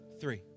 Three